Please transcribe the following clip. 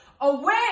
away